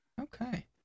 Okay